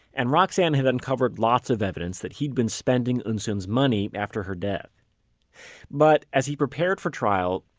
and roxane had uncovered lots of evidence that he had been spending eunsoon's money after her death but as he prepared for trial,